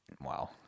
Wow